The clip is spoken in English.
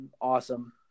Awesome